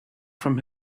from